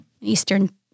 eastern